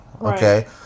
Okay